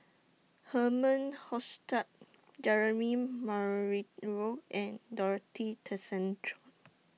Herman Hochstadt Jeremy and Dorothy Tessensohn